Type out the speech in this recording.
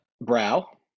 brow